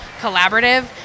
collaborative